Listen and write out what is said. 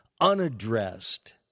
unaddressed